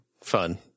fun